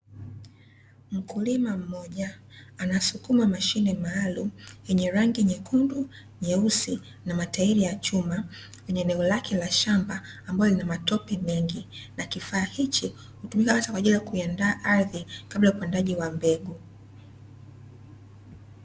Mkulima mmoja anasukuma mashine maalumu yenye rangi nyekundu, nyeusi na matairi ya chuma, kwenye eneo lake la shamba ambalo lina matope mengi. Kifaa hichi hutumika kwa ajili ya kuandaa ardhi kabla ya upandaji wa mbegu.